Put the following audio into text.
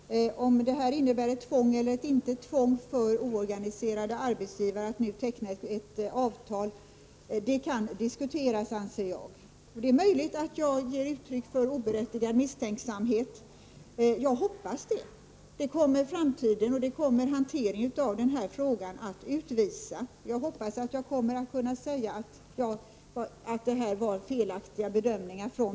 Herr talman! Om det här innebär ett tvång eller inte för oorganiserade arbetsgivare att nu teckna ett avtal kan diskuteras, anser jag. Det är möjligt att jag ger uttryck för oberättigad misstänksamhet — jag hoppas det! Det kommer framtiden och hanteringen av den här frågan att utvisa. Jag hoppas att jag kommer att kunna säga att jag på den punkten gjorde felaktiga bedömningar.